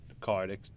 card